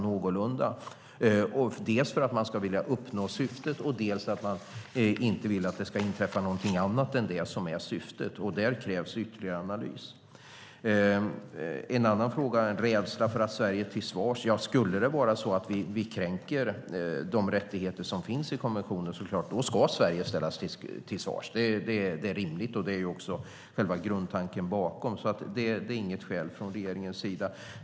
Det är dels för att uppnå syftet, dels för att det inte ska inträffa något annat än det som är syftet. Där krävs ytterligare analys. En annan fråga rörde en rädsla att Sverige skulle ställas till svars. Om Sverige kränker de rättigheter som finns i konventionen ska Sverige ställas till svars. Det är rimligt, och det är grundtanken bakom. Det är inget skäl från regeringens sida.